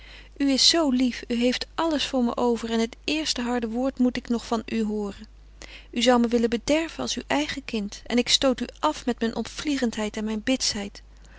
u is zoo lief u heeft alles voor me over en het eerste harde woord moet ik nog van u hooren u zou me willen bederven als uw eigen kind en ik stoot u af met mijn opvliegendheid en mijn